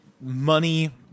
money